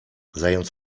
zając